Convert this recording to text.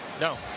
No